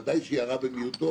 ודאי שהיא הרע במיעוטו.